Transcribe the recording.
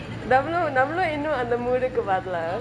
நம்ம நம்ம இன்னும் அந்த: namma namma innum antha mood டுக்கு வரலே:duku varalae